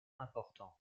important